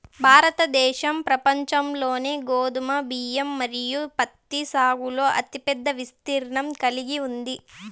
భారతదేశం ప్రపంచంలోనే గోధుమ, బియ్యం మరియు పత్తి సాగులో అతిపెద్ద విస్తీర్ణం కలిగి ఉంది